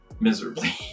miserably